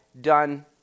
Done